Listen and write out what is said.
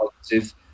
positive